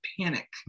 panic